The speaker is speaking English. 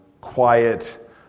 quiet